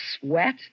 sweat